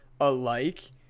alike